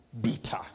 bitter